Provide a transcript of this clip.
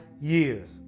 years